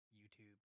YouTube